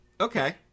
Okay